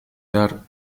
dar